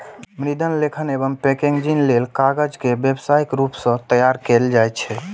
मुद्रण, लेखन एवं पैकेजिंग लेल कागज के व्यावसायिक रूप सं तैयार कैल जाइ छै